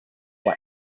what